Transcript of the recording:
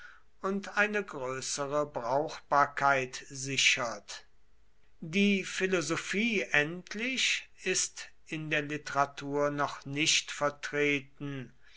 und eine größere brauchbarkeit sichert die philosophie endlich ist in der literatur noch nicht vertreten